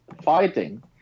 fighting